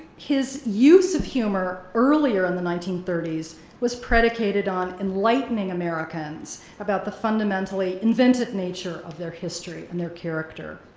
his use of humor earlier in the nineteen thirty s was predicated on enlightening americans about the fundamentally invented nature of their history and their character.